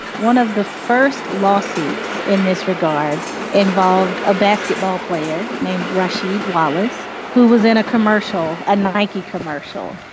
one of the first lawsuits in this regard involved a basketball player named rasheed wallace who was in a commercial, a nike commercial,